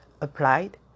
applied